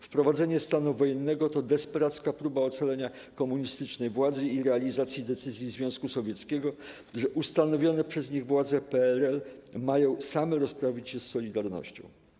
Wprowadzenie stanu wojennego to desperacka próba ocalenia komunistycznej władzy i realizacji decyzji Związku Sowieckiego, że ustanowione przez nich władze PRL mają same rozprawić się z 'Solidarnością'